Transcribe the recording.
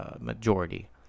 majority